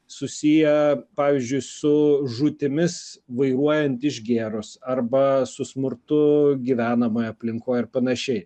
susiję pavyzdžiui su žūtimis vairuojant išgėrus arba su smurtu gyvenamoj aplinkoj ir panašiai